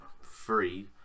free